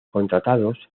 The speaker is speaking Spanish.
contratados